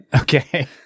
Okay